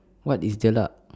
what is jelak